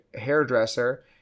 hairdresser